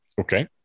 Okay